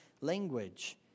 language